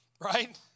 Right